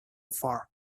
far